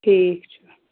ٹھیٖک چھُ